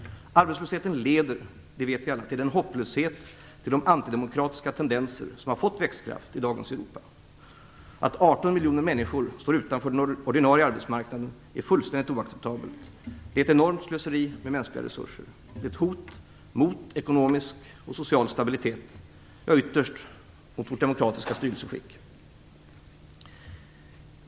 Arbetslösheten leder - det vet vi alla - till den hopplöshet och de antidemokratiska tendenser som har fått växtkraft i dagens Europa. Att 18 miljoner människor står utanför den ordinarie arbetsmarknaden är fullständigt oacceptabelt och ett enormt slöseri med mänskliga resurser. Det är ett hot mot ekonomisk och social stabilitet, ja ytterst mot vårt demokratiska styrelseskick.